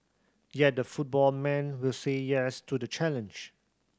yet the football man will say yes to the challenge